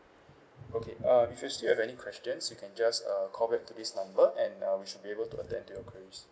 okay um if you still have any questions you can just uh call back to this number and uh we should be able to attend to your queries